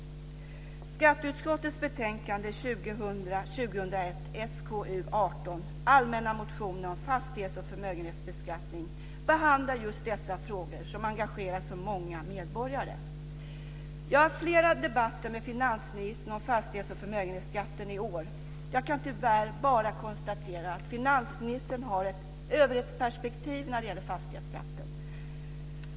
Skatteutskottets betänkande 2000/01:SkU18 Allmänna motioner om fastighets och förmögenhetsbeskattning behandlar just dessa frågor, som engagerar så många medborgare. Jag har haft flera debatter med finansministern om fastighets och förmögenhetsskatten i år. Jag kan tyvärr bara konstatera att finansministern har ett överhetsperspektiv när det gäller fastighetsskatten.